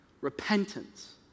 repentance